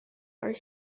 are